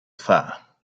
far